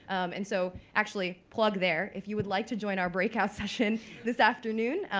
and so actually, plug there. if you would like to join our breakouts session this afternoon,